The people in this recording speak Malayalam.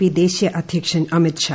പി ദേശീയ അദ്ധ്യക്ഷൻ അമിത്ഷാ